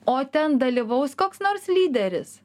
o ten dalyvaus koks nors lyderis